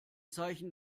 zeichen